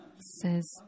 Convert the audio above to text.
says